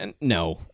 no